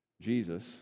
Jesus